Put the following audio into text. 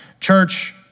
Church